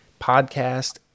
podcast